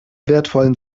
wertvollen